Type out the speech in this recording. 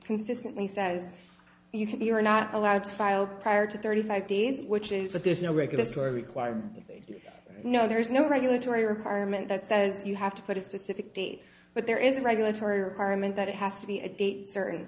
consistently says you can you are not allowed to file prior to thirty five days which is that there's no regular sort of required you know there's no regulatory requirement that says you have to put a specific date but there is a regulatory requirement that it has to be a date certain